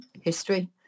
history